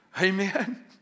Amen